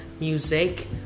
music